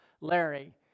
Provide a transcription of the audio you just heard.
Larry